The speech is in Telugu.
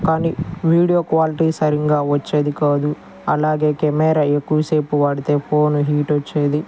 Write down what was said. కానీ వీడియో క్వాలిటీ సరిగ్గా వచ్చేది కాదు అలాగే కెమెరా ఎక్కువసేపు వాడితే ఫోను హీట్ వచ్చేది